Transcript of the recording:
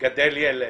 לגדל ילד,